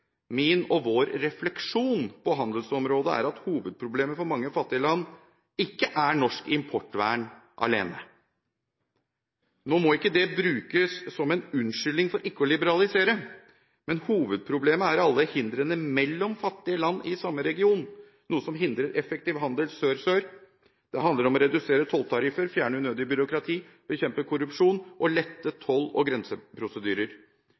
Min og vår refleksjon på handelsområdet er at hovedproblemet for mange fattige land ikke er norsk importvern alene. Nå må ikke det brukes som en unnskyldning for ikke å liberalisere, men hovedproblemet er alle hindrene mellom fattige land i samme region, noe som hindrer effektiv handel sør–sør. Det handler om å redusere tolltariffer, fjerne unødig byråkrati, bekjempe korrupsjon og lette toll- og grenseprosedyrer.